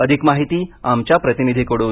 अधिक माहिती आमच्या प्रतिनिधीकडून